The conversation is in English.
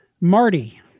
Marty